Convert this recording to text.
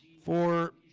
for